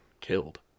Killed